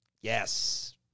Yes